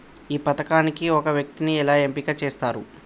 ఈ పథకానికి ఒక వ్యక్తిని ఎలా ఎంపిక చేస్తారు?